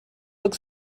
look